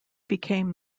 became